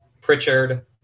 Pritchard